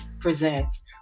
Presents